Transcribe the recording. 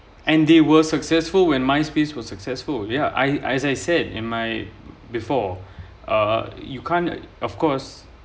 and they were successful when Myspace was successful yeah I as I said in my before uh you can't of course